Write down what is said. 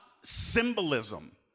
symbolism